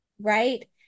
right